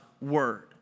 word